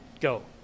go